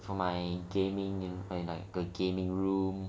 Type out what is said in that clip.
for my gaming you like a gaming room